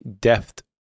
deft